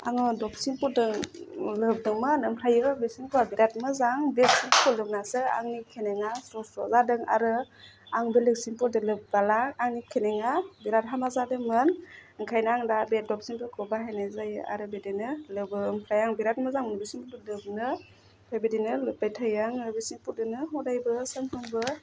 आङो दभ सिम्पुदों लोबदोंमोन ओमफ्रायो बे सेम्फुवा बिराद मोजां बे सिम्पु लोबनासो आंनि खेनेङा स्र' स्र' जादों आरो आं बेलेक सेम्पुदों लोबबोला आंनि खेनेङा बिराद हामा जादोंमोन ओंखायनो आं दा बे दभ सेम्पुखौ बाहायनाय जायो आरो बिदिनो लोबो ओमफ्राय आं बिराद मोजां बे सेम्फदों लोबनो बेबायदिनो लोब्बाय थायो आङो बे सेम्पुदोंनो हदाइबो सानफ्रामबो